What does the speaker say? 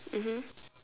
mmhmm